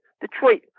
Detroit